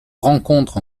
rencontre